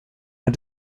and